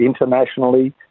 internationally